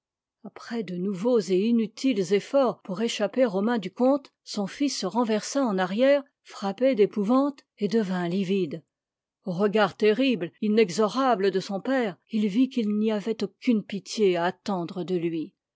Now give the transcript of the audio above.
après de nouveaux et inutiles efforts pour échapper aux mains du comte son fils se renversa en arrière frappé d'épouvante et devint livide au regard terrible inexorable de son père il vit qu'il n'y avait aucune pitié à attendre de lui